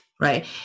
right